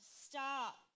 stop